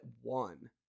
one